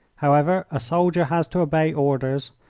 however, a soldier has to obey orders,